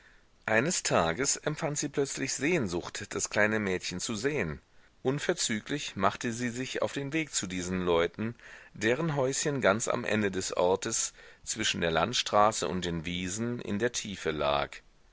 eines tages empfand sie plötzlich sehnsucht das kleine mädchen zu sehen unverzüglich machte sie sich auf den weg zu diesen leuten deren häuschen ganz am ende des ortes zwischen der landstraße und den wiesen in der tiefe lag